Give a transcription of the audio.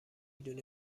دونی